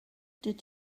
did